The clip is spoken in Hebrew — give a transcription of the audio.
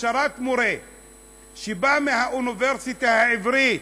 הכשרת מורה שבאה מהאוניברסיטה העברית,